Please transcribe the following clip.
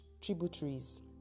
tributaries